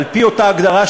על-פי אותה הגדרה,